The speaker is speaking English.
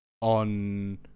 on